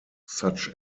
such